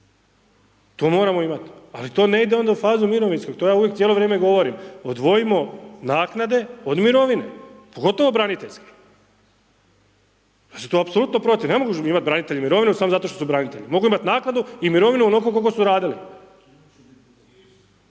To moramo imati ali to ne ide onda u fazu mirovinskog, to ja uvijek cijelo vrijeme govorim, odvojimo naknade od mirovina pogotovo braniteljske. Ja sam tu apsolutno protiv, ne mogu imat branitelji mirovinu samo zato što su branitelji, mogu imati naknadu i mirovinu onoliko koliko su radili.